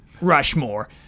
Rushmore